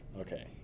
Okay